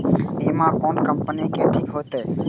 बीमा कोन कम्पनी के ठीक होते?